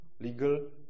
legal